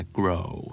grow